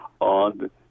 on